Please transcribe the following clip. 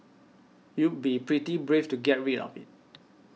you'd be pretty brave to get rid of it